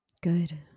Good